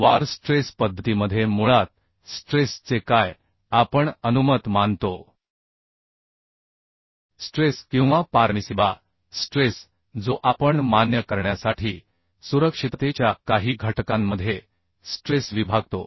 वार स्ट्रेस पद्धतीमध्ये मुळात स्ट्रेस चे काय आपण अनुमत मानतो स्ट्रेस किंवा पारमिसिबा स्ट्रेस जो आपण मान्य करण्यासाठी सुरक्षिततेच्या काही घटकांमध्ये स्ट्रेस विभागतो